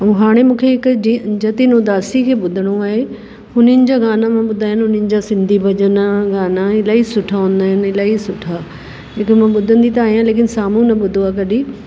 ऐं हाणे मूंखे हिक जे जतिन उदासी खे ॿुधिणो आहे हुननि जा गाना मां ॿुधा आहिनि उन्हनि जा सिंधी भॼन गाना इलाही सुठा हूंदा आहिनि इलाही सुठा जेके मां ॿुधंदी त आहियां लेकिन साम्हूं न ॿुधो आहे कॾहिं